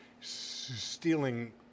stealing